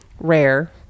rare